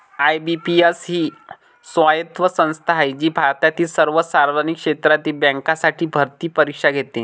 IBPS ही स्वायत्त संस्था आहे जी भारतातील सर्व सार्वजनिक क्षेत्रातील बँकांसाठी भरती परीक्षा घेते